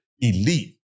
elite